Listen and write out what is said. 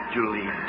Julie